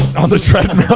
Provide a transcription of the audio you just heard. on the treadmill.